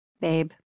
babe